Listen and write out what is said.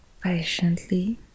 patiently